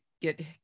get